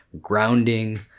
grounding